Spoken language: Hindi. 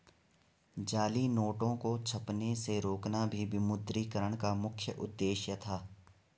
जाली नोटों को छपने से रोकना भी विमुद्रीकरण का मुख्य उद्देश्य था